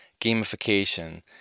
gamification